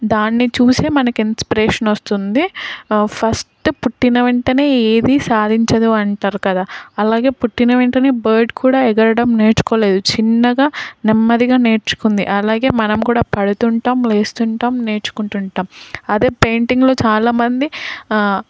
దాన్ని చూసే మనకి ఇన్స్పిరేషన్ వస్తుంది ఫస్ట్ పుట్టిన వెంటనే ఏది సాధించదు అంటారు కదా అలాగే పుట్టిన వెంటనే బర్డ్ కూడా ఎగరడం నేర్చుకోలేదు చిన్నగా నెమ్మదిగా నేర్చుకుంది అలాగే మనం కూడా పడుతుంటాము లేస్తుంటాము నేర్చుకుంటుంటాము అదే పెయింటింగ్లో చాలామంది